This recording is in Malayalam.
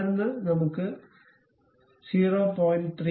തുടർന്ന് നമ്മുക്ക് 0